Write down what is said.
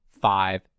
five